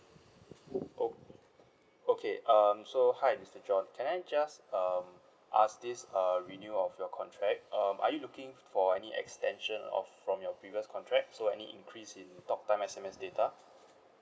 o~ okay um so hi mister john can I just um ask this err renew of your contract um are you looking for any extension of from your previous contract so any increase in talk time S_M_S data